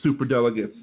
superdelegates